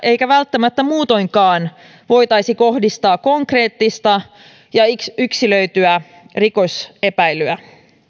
eikä välttämättä muutoinkaan voitaisi kohdistaa konkreettista ja yksilöityä rikosepäilyä